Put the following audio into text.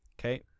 Okay